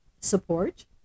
support